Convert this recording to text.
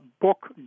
book